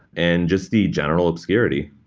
and just the general obscurity.